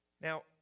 Now